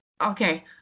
okay